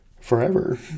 forever